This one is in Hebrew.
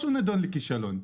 הוא נידון מראש לכישלון.